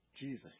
Jesus